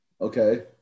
okay